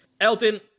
Elton